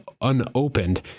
unopened